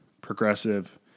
progressive